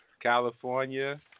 California